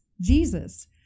Jesus